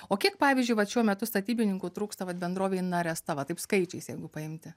o kiek pavyzdžiui vat šiuo metu statybininkų trūksta bet bendrovei naresta va taip skaičiais jeigu paimti